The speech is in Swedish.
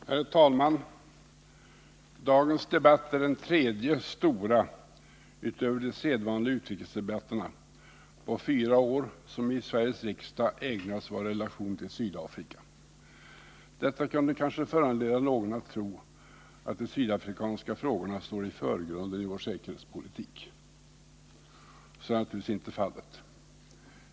Herr talman! Dagens debatt är den tredje stora — utöver de sedvanliga utrikesdebatterna — på fyra år som i Sveriges riksdag ägnats våra relationer till Sydafrika. Detta kunde kanske föranleda någon att tro att de sydafrikanska frågorna står i förgrunden för vår säkerhetspolitik. Så är naturligtvis inte fallet.